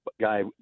guy